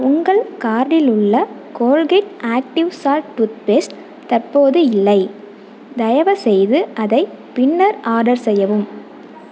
உங்கள் கார்ட்டில் உள்ள கோல்கேட் ஆக்டிவ் சால்ட் டூத்பேஸ்ட் தற்போது இல்லை தயவுசெய்து அதை பின்னர் ஆர்டர் செய்யவும்